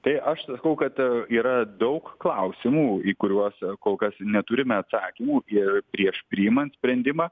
tai aš sakau kad yra daug klausimų į kuriuos kol kas neturime atsakymų ir prieš priimant sprendimą